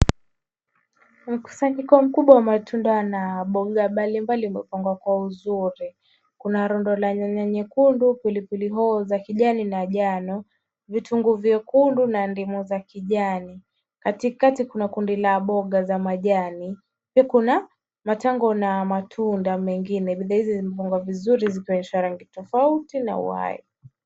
Mkusanyiko mkubwa wa matunda na mboga mbali mbali umepangwa kwa uzuri, kuna rundo la nyanya nyekundu, pilipili hoho za kijani na njano, vitunguu vyekundu na ndimu za kijani. Katikati kuna kundi la mboga za majani, pia kuna matango na matunda mengine. Bidhaa hizi zimepangwa vizuri zikionyesha rangi tofauti tofauti na uhai.